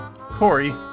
Corey